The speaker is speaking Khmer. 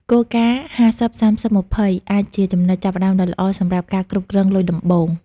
គោលការណ៍ 50/30/20 អាចជាចំណុចចាប់ផ្តើមដ៏ល្អ សម្រាប់ការគ្រប់គ្រងលុយដំបូង។